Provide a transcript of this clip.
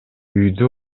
үйдү